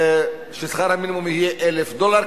ששכר המינימום יהיה 1,000 דולר,